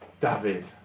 David